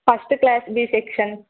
first class B section